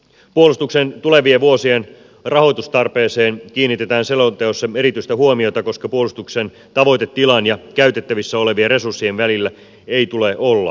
puolustuksen tulevien vuosien rahoitustarpeeseen kiinnitetään selonteossa erityistä huomiota koska puolustuksen tavoitetilan ja käytettävissä olevien resurssien välillä ei tule olla epätasapainoa